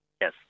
Yes